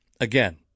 again